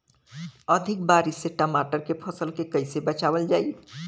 अधिक बारिश से टमाटर के फसल के कइसे बचावल जाई?